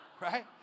Right